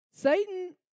Satan